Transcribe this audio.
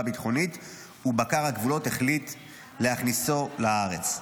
ביטחונית ובקר הגבולות החליט להכניסו לארץ.